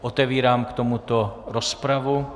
Otevírám k tomuto rozpravu.